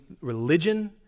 religion